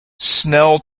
snell